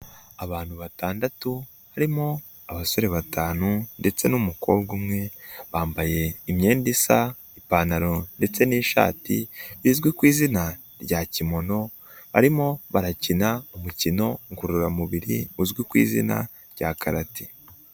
Abantu batandatu barimo abasore batanu ndetse n'umukobwa umwe bambaye imyenda isa, ipantaro ndetse n'ishati bizwi ku izina rya kimono barimo barakina umukino ngororamubiri uzwi ku izina rya Karate.